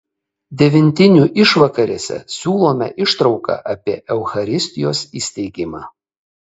devintinių išvakarėse siūlome ištrauką apie eucharistijos įsteigimą